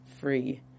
free